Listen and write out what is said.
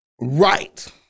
right